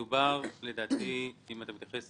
אתה מתייחס